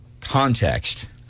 context